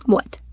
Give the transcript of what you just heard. what?